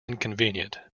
inconvenient